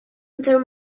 their